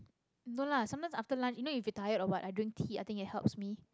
no lah sometime after lunch even if you not tired or what I drink tea I think it helps me